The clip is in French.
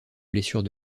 blessures